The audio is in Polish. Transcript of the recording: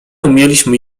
umieliśmy